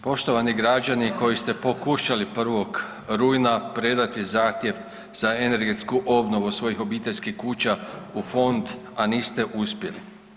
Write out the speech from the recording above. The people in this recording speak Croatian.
Poštovani građani koji ste pokušali 1. rujna predati zahtjev za energetsku obnovu svojih obiteljskih kuća u fond, a niste uspjeli.